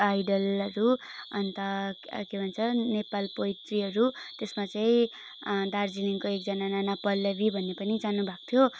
आइडलहरू अन्त के भन्छन् नेपाल पोइट्रीहरू त्यसमा चाहिँ दार्जिलिङको एकजना नाना पल्लवी भन्ने पनि जानुभएको थियो